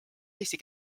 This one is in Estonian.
eesti